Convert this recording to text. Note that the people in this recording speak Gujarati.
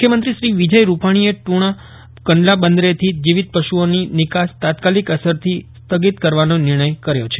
મુખ્યમંત્રીશ્રી વિજય રૂપાક્ષીએ ટૂંજ્ઞા કંડલા બંદરેથી જીવિત પશુઓની નિકાસ તાત્કાલિક અસરથી સ્થાગીત કરવાનો નિર્જાય કર્યો છે